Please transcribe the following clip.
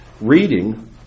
reading